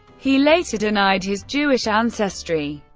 he later denied his jewish ancestry.